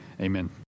Amen